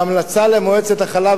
ההמלצה למועצת החלב,